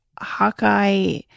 hawkeye